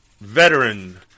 veteran